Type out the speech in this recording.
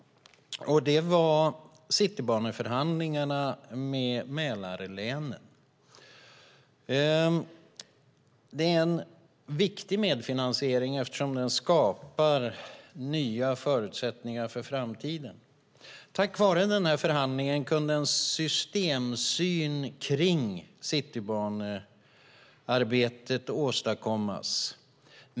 Det är Citybaneförhandlingen med Mälarlänen. Det är en viktig medfinansiering eftersom den skapar nya förutsättningar för framtiden. Tack vare förhandlingen kunde en systemsyn för Citybanearbetet åstadkommas.